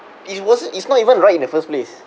it wasn't it's not even right in the first place